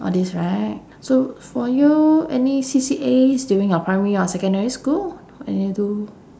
all these right so for you any C_C_As during your primary or secondary schools and you do